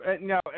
no